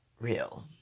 real